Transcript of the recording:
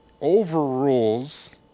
overrules